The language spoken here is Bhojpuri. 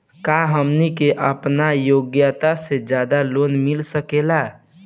का हमनी के आपन योग्यता से ज्यादा लोन मिल सकेला?